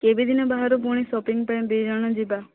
କେବେ ଦିନେ ବାହାର ପୁଣି ଶପିଂ ପାଇଁ ଦୁଇ ଜଣ ଯିବା